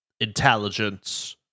intelligence